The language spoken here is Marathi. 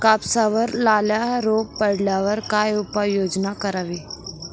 कापसावर लाल्या रोग पडल्यावर काय उपाययोजना करावी?